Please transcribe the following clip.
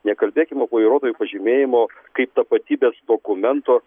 nekalbėkim apie vairuotojo pažymėjimo kaip tapatybės dokumento